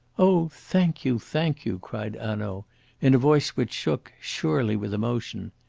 oh, thank you! thank you! cried hanaud in a voice which shook surely with emotion.